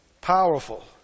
powerful